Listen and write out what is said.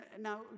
Now